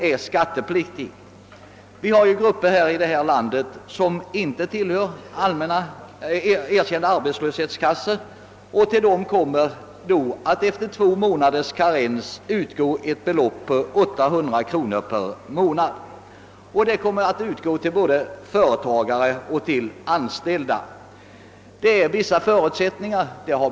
Det finns ju grupper som inte tillhör erkända arbetslöshetskassor och till dem skall det efter två månaders karenstid likaledes utgå ett belopp av 800 kronor i månaden; detta gäller både företagare och anställda. Vissa förutsättningar måste föreligga såsom redan har nämnts i debatten.